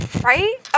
Right